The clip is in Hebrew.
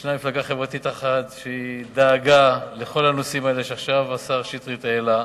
ישנה מפלגה חברתית אחת שדאגה לכל הנושאים האלה שעכשיו השר שטרית העלה,